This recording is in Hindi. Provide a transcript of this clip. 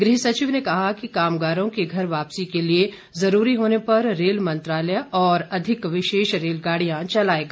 गृह सचिव ने कहा कि कामगारों की घर वापसी के लिए जरूरी होने पर रेल मंत्रालय और अधिक विशेष रेलगाड़ियां चलाएगा